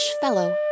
fellow